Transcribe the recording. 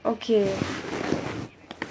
okay